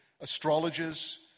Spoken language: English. astrologers